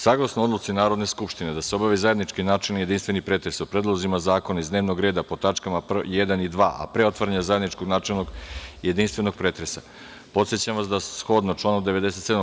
Saglasno odluci Narodne skupštine da se obavi zajednički načelni jedinstveni pretres o predlozima zakona iz dnevnog reda po tačkama 1. i 2, a pre otvaranja zajedničkog načelnog jedinstvenog pretresa, podsećam vas da shodno članu 97.